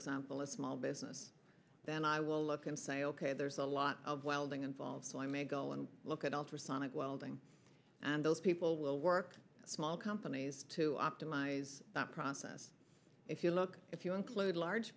example is small business then i will look and say ok there's a lot of welding involved so i may go and look at ultrasonic welding and those people will work small companies to optimize that process if you look if you include large